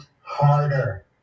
harder